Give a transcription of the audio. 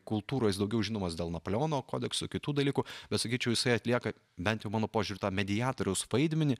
kultūroj jis daugiau žinomas dėl napoleono kodekso kitų dalykų bet sakyčiau jisai atlieka bent jau mano požiūriu tą mediatoriaus vaidmenį